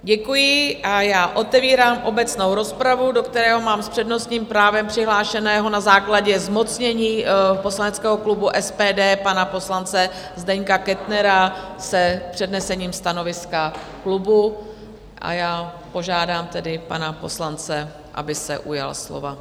Děkuji a já otevírám obecnou rozpravu, do které mám s přednostním právem přihlášeného na základě zmocnění poslaneckého klubu SPD pana poslance Zdeňka Kettnera s přednesením stanoviska klubu, a já požádám tedy pana poslance, aby se ujal slova.